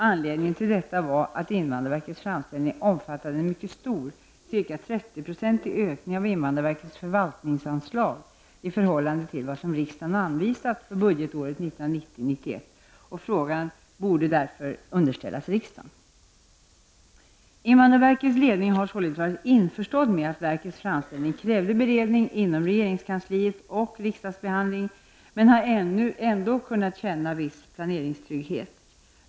Anledningen till detta var att invandrarverkets framställning omfattade en mycket stor -- ca 30 procentig -- ökning av invandrarverkets förvaltningsanslag i förhållande till vad som riksdagen anvisat för budgetåret 1990/91 och att frågan därför borde underställas riksdagen. Invandrarverkets ledning har således varit införstådd med att verkets framställning krävde beredning inom regeringskansliet och riksdagsbehandling, men har ändå kunnat känna viss planeringstrygghet.